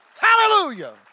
Hallelujah